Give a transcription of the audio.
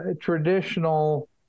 Traditional